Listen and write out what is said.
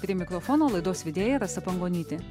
prie mikrofono laidos vedėja rasa pangonytė